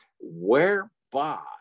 whereby